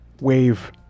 wave